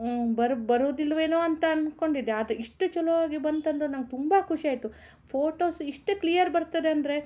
ಬರ ಬರೋದಿಲ್ವೇನೋ ಅಂತ ಅನ್ಕೊಂಡಿದ್ದೆ ಆದರೆ ಇಷ್ಟು ಛಲೋ ಆಗಿ ಬಂತಂದ್ರೆ ನಂಗೆ ತುಂಬ ಖುಷಿಯಾಯ್ತು ಫೋಟೋಸ್ ಇಷ್ಟು ಕ್ಲಿಯರ್ ಬರ್ತದೆ ಅಂದರೆ